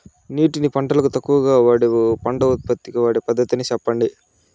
నీటిని పంటలకు తక్కువగా వాడే పంట ఉత్పత్తికి వాడే పద్ధతిని సెప్పండి?